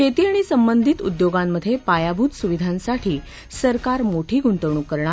शेती आणि संबंधित उद्योगांमधे पायाभूत सुविधांसाठी सरकार मोठी गुंतवणूक करणार